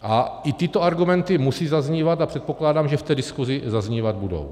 A i tyto argumenty musí zaznívat a předpokládám, že v té diskusi zaznívat budou.